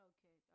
Okay